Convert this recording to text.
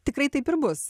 tikrai taip ir bus